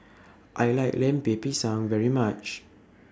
I like Lemper Pisang very much